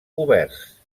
oberts